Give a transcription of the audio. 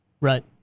Right